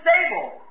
stable